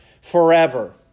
forever